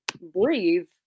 breathe